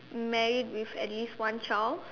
married with at least one child